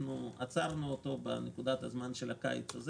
אנחנו עצרנו אותו בנקודת הזמן של הקיץ הזה